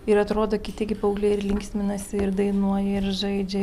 ir atrodo kiti gi paaugliai ir linksminasi ir dainuoja ir žaidžia